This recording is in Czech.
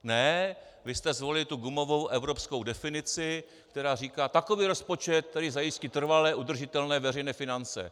Ne, vy jste zvolili tu gumovou evropskou definici, která říká: takový rozpočet, který zajistí trvale udržitelné veřejné finance.